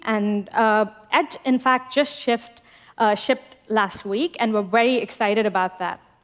and ah edge, in fact, just shipped shipped last week and we're very excited about that.